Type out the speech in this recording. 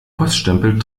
poststempel